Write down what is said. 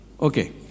Okay